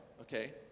okay